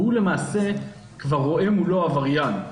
ואז הוא למעשה כבר רואה מולו עבריין.